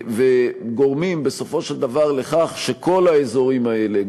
וגורמים בסופו של דבר לכך שכל האזורים האלה,